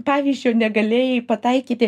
pavyzdžio negalėjai pataikyti